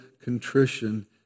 contrition